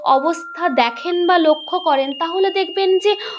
অবস্থা দেখেন বা লক্ষ্য করেন তাহলে দেখবেন যে